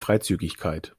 freizügigkeit